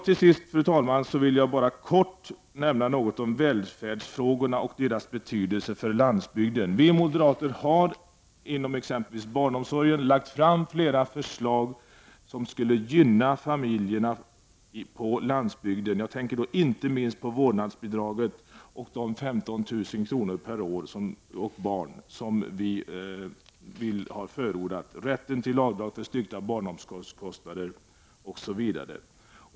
Till sist, fru talman, vill jag nämna något om välfärdsfrågorna och deras betydelse för landsbygden. Vi moderater har när det gäller exempelvis barnomsorgen lagt fram flera förslag som skulle gynna familjerna på landsbygden. Jag tänker då inte minst på det vårdnadsbidrag på 15 000 kr. per år och barn som vi har förordat och på rätten till avdrag för styrkta barnomsorgskostnader.